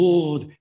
Lord